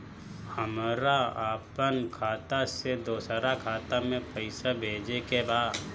हमरा आपन खाता से दोसरा खाता में पइसा भेजे के बा